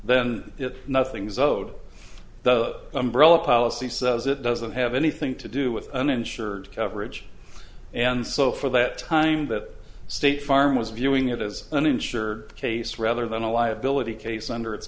then it's nothing's owed the umbrella policy says it doesn't have anything to do with uninsured coverage and so for that time that state farm was viewing it as an insurer case rather than a liability case under its